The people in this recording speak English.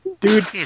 dude